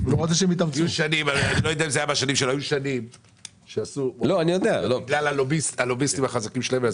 היו שנים שעשו בגלל הלוביסטים החזקים שלהם.